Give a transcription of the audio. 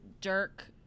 Dirk